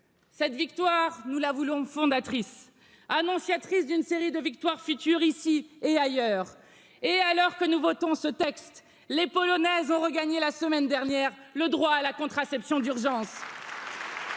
cette victoire. nous la voulons fondatrice, annonciatrice d'une série de victoires futures ici et ailleurs et alors que nous voterons ce texte. Les Polonaises ont regagné le droit à la contraception d'urgence.